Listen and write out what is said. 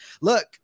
look